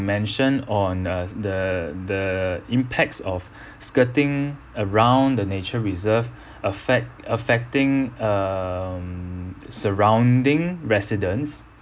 mention on uh the the impacts of skirting around the nature reserve affect affecting um surrounding residents